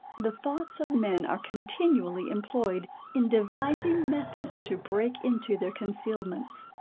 the thoughts of men are continually employed in devising methods to break into their concealments.